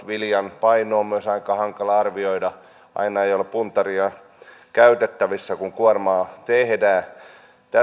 viljan paino on myös aika hankala arvioida aina ei ole puntaria käytettävissä kun kuormaa tehdään